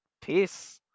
peace